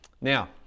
Now